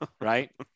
right